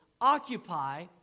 occupy